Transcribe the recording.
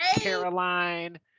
Caroline